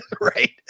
right